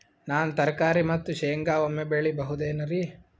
ನಾನು ತರಕಾರಿ ಮತ್ತು ಶೇಂಗಾ ಒಮ್ಮೆ ಬೆಳಿ ಬಹುದೆನರಿ?